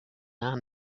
arms